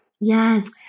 Yes